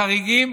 חריגים,